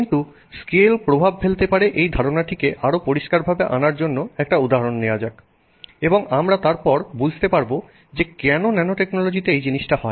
কিন্তু স্কেল প্রভাব ফেলতে পারে এই ধারণাটিকে আরও পরিষ্কারভাবে আনার জন্য একটা উদাহরণ নেয়া যাক এবং আমরা তারপর বুঝতে পারবো যে কেন ন্যানোটেকনোলজিতে এই জিনিসটা হয়